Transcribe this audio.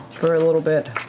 for a little bit.